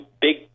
big